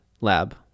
lab